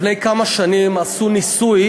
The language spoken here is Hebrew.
לפני כמה שנים עשו ניסוי